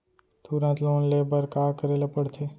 तुरंत लोन ले बर का करे ला पढ़थे?